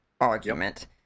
argument